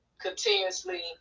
continuously